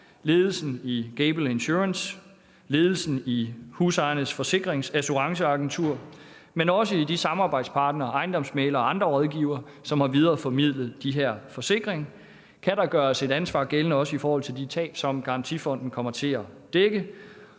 ledelsen i Gable Insurance, ledelsen i Husejernes Forsikring Assurance Agentur, men også de samarbejdspartnere, ejendomsmæglere og andre rådgivere, som har videreformidlet de her forsikringer. Kan der gøres et ansvar gældende også angående de tab, som garantifonden kommer til at dække?